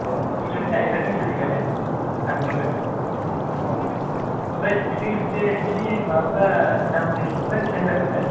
औ स्टुदेन्त आइखार्डजों सोलिगोन ना थांनो मोनगोन ओमफ्राय बेजों लोगोसे बिनि माबाफ्रा दाम बेसेनफ्रा बेसेबां जागोनथाय